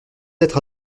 être